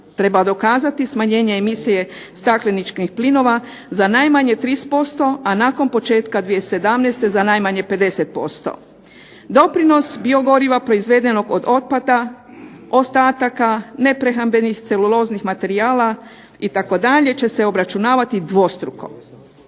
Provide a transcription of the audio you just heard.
treba dokazati smanjenje emisije stakleničkih plinova za najmanje 30%, a nakon počeka za 2017. za najmanje 50%. Doprinos biogoriva proizvedenog od otpada, ostataka, neprehrambenih celuloznih materijala itd., će se obračunavati dvostruko.